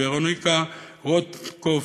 ורוניקה רבוטניקוף,